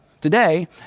today